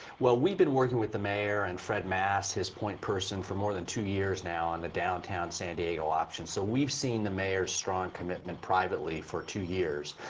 well we've been working with the mayor and fred mast his point person for more than two years now on the downtown san diego option. so we've seen the mayor's strong commitment privately for two years.